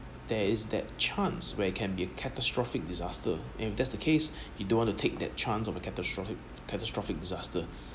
there is that chance where can be catastrophic disaster if that's the case he don't want to take that chance of a catastrophic catastrophic disaster